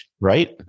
Right